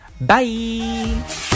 Bye